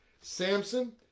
samson